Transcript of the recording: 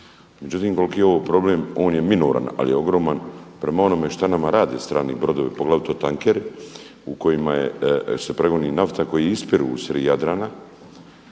Međutim, koliki je on problem on je minoran ali je ogroman prema onome šta nama rade strani brodovi poglavito tankeri u kojima se prevozi nafta, koji ispiru usred Jadrana